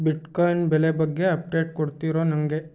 bitcoin ಬೆಲೆ ಬಗ್ಗೆ update ಕೊಡ್ತಿರು ನನಗೆ